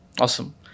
Awesome